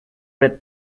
red